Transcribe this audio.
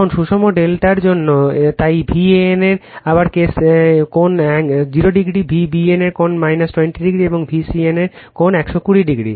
এখন সুষম ∆ এর জন্য তাই Van আবার কেস eh কোণ 0o V bn কোণ 20o এবং V cn কোণ 120o দেয়